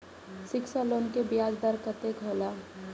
शिक्षा लोन के ब्याज दर कतेक हौला?